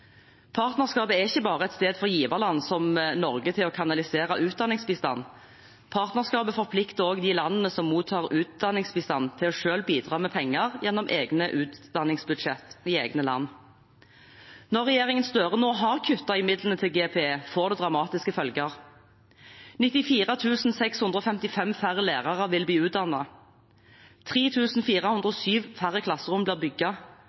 Partnerskapet er ikke bare et sted for giverland som Norge å kanalisere utdanningsbistand til, partnerskapet forplikter også de landene som mottar utdanningsbistand, til selv å bidra med penger gjennom egne utdanningsbudsjett i egne land. Når regjeringen Støre nå har kuttet i midlene til GPE, får det dramatiske følger. 94 655 færre lærere vil bli utdannet, 3 407 færre klasserom